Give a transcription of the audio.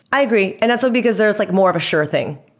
i agree, and that's because there's like more of a sure thing.